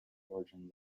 origin